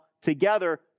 together